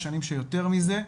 יש שנים שיותר מזה,